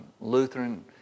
Lutheran